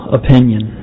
opinion